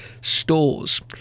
stores